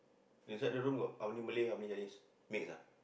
inside the room got how many Malay how many Chinese mix ah